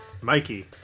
Mikey